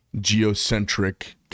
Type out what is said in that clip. geocentric